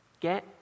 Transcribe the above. Get